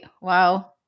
Wow